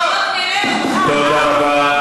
אנחנו לא, תודה רבה.